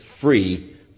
free